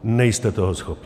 Nejste toho schopni.